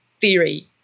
theory